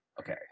Okay